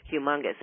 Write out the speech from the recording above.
humongous